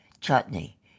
chutney